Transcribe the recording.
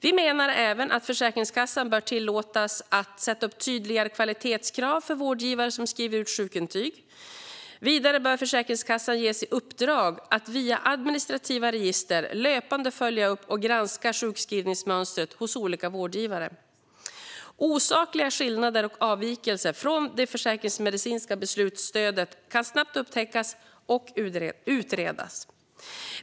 Vi menar även att Försäkringskassan bör tillåtas att sätta upp tydligare kvalitetskrav för vårdgivare som skriver ut sjukintyg. Vidare bör Försäkringskassan ges i uppdrag att via administrativa register löpande följa upp och granska sjukskrivningsmönstret hos olika vårdgivare. Osakliga skillnader och avvikelser från det försäkringsmedicinska beslutsstödet kan snabbt upptäckas och utredas.